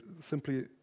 simply